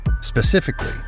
specifically